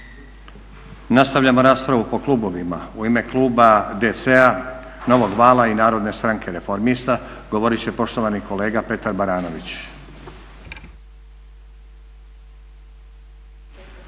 Nastavljamo raspravu po klubovima. U ime kluba DC-a, Novog vala i Narodne stranke reformista govorit će poštovani kolega Petar Baranović.